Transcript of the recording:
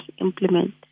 implement